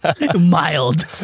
Mild